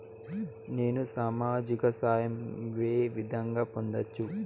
నేను సామాజిక సహాయం వే విధంగా పొందొచ్చు?